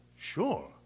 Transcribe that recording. sure